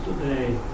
today